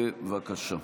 בבקשה.